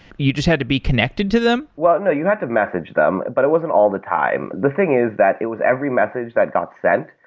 you just had to be connected to them? well, no. you had to message them, but it was all the time. the thing is that it was every message that got sent.